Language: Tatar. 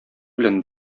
белән